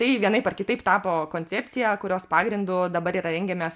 tai vienaip ar kitaip tapo koncepcija kurios pagrindu dabar yra rengiamas